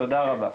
תודה רבה.